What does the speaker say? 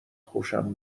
خوشم